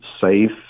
safe